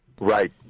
Right